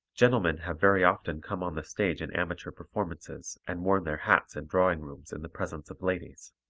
gentlemen have very often come on the stage in amateur performances and worn their hats in drawing rooms in the presence of ladies.